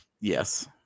Yes